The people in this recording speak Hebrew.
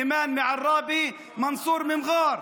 אימאן מעראבה ומנסור ממע'ר.